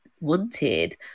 wanted